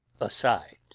aside